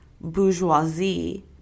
bourgeoisie